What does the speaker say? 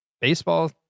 baseball